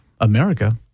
America